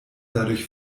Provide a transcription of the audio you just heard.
dadurch